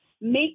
Make